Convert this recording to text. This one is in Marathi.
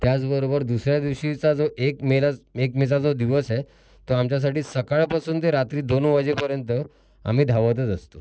त्याचबरोबर दुसऱ्या दिवशीचा जो एक मेला एक मेचा जो दिवस आहे तो तो आमच्यासाठी सकाळपासून ते रात्री दोन वाजेपर्यंत आम्ही धावतच असतो